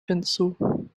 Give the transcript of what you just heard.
hinzu